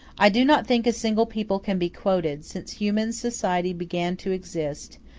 i do not think a single people can be quoted, since human society began to exist,